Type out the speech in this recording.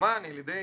יסומן על ידי